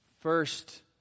first